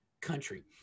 country